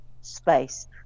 space